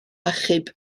achub